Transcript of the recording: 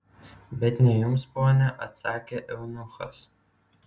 bet ne jums ponia atsakė eunuchas